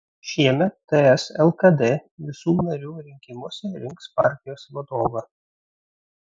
šiemet ts lkd visų narių rinkimuose rinks partijos vadovą